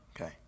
Okay